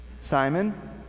Simon